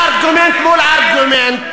ארגומנט מול ארגומנט,